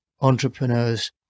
entrepreneurs